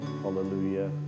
Hallelujah